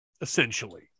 essentially